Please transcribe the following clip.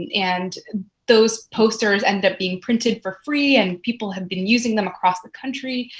and those posters ended up being printed for free, and people have been using them across the country.